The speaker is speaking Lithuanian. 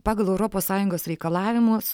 pagal europos sąjungos reikalavimus